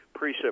precip